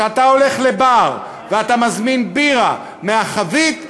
כשאתה הולך לבר ואתה מזמין בירה מהחבית,